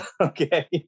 Okay